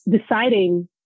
deciding